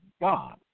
God